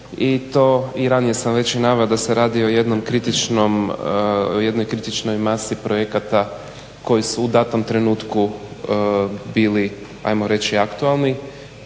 i to ranije sam već naveo da se radi o jednoj kritičnoj masi projekata koji su u datom trenutku bili ajmo reći aktualni.